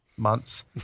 months